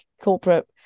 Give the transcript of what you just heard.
corporate